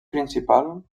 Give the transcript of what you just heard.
principal